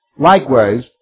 Likewise